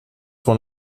one